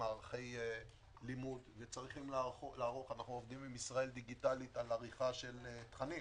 מערכי לימוד ולערוך אנחנו עובדים עם ישראל דיגיטלית על עריכת תכנים